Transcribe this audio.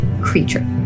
creature